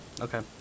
okay